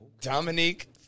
Dominique